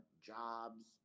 jobs